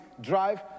Drive